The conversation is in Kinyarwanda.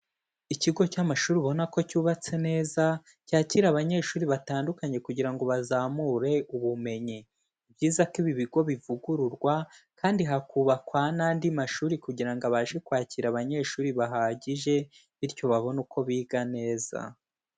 Ikigo cy'amashuri ubona ko cyubatse neza cyakira abanyeshuri batandukanye kugira ngo bazamure ubumenyi, ni byiza ko ibi bigo bivugururwa kandi hakubakwa n'andi mashuri kugira ngo abashe kwakira abanyeshuri bahagije bityo babone uko biga neza.